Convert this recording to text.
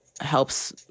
Helps